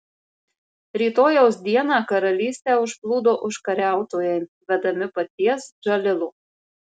rytojaus dieną karalystę užplūdo užkariautojai vedami paties džalilo